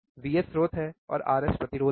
VS स्रोत है और RS प्रतिरोध है